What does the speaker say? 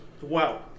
Wow